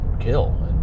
kill